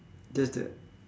just that